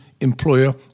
employer